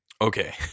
Okay